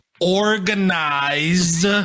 organized